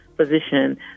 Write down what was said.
position